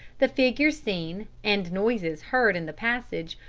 the figure seen, and noises heard in the passage,